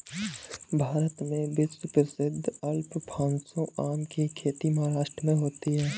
भारत में विश्व प्रसिद्ध अल्फांसो आम की खेती महाराष्ट्र में होती है